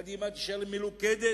קדימה תישאר מלוכדת.